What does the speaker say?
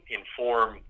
inform